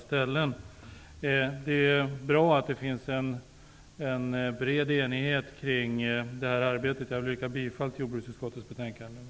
Det är bra att det finns en bred enighet när det gäller detta arbete. Jag yrkar bifall till hemställan i jordbruksutskottets betänkande nr 7.